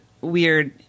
weird